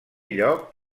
lloc